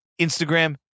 Instagram